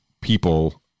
people